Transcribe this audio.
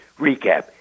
recap